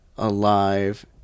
alive